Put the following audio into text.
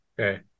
okay